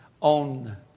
on